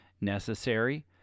necessary